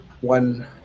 one